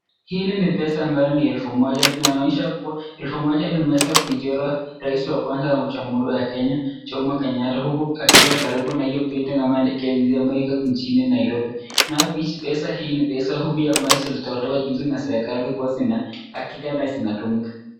Hili ni pesa ambayo ni elfu moja, inaonyesha kuwa elfu moja imeweza kuichorwa rais wa kwanza wa Jamhuri ya Kenya Jomo kenyata, huku akiwa karibu na hiyo building ama ni KICC imejengwa mjini Nairobi. Pesa hii ni pesa ambayo ilitolewa juzi na serikali kuwa zinahakika na zinatumika.